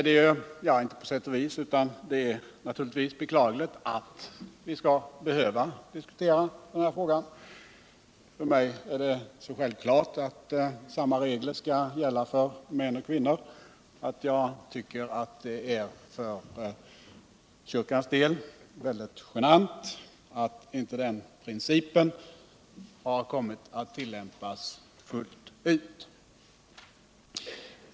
Det är naturligtvis beklagligt att vi skall behöva diskutera frågan. För mig är det så självklart att samma regler skall gälla för män och kvinnor, alt jag tycker att det för kyrkans del är väldigt genant att den principen inte har tillämpats fullt ut.